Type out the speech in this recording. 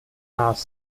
nás